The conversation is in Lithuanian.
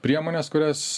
priemonės kurias